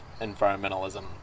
environmentalism